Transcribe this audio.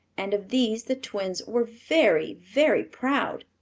and of these the twins were very, very proud.